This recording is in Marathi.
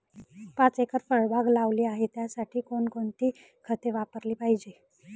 पाच एकर फळबाग लावली आहे, त्यासाठी कोणकोणती खते वापरली पाहिजे?